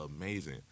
amazing